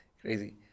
Crazy